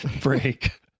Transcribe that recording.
break